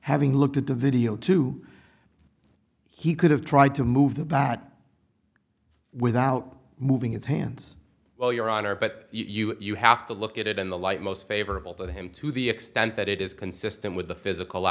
having looked at the video too he could have tried to move the bat without moving his hands well your honor but you you have to look at it in the light most favorable to him to the extent that it is consistent with the physical